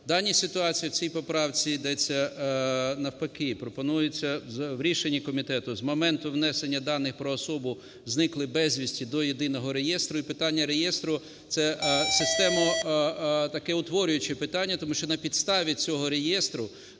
даній ситуації в цій поправці йдеться… навпаки пропонується в рішенні комітету: з моменту внесення даних про особу, зниклої безвісти, до єдиного реєстру. І питання реєстру - це системо таке утворююче питання, тому що на підставі цього реєстру,